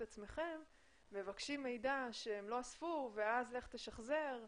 עצמכם מבקשים מידע שהם לא אספו ואז לך תשחזר.